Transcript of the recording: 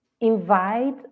invite